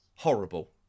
Horrible